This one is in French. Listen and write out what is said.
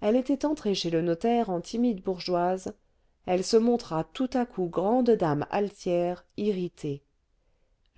elle était entrée chez le notaire en timide bourgeoise elle se montra tout à coup grande dame altière irritée